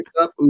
up